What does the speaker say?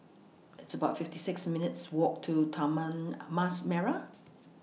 It's about fifty six minutes' Walk to Taman Mas Merah